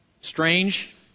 strange